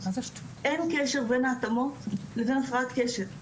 אין קשר בין ההתאמות לבין הפרעת קשב,